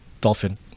dolphin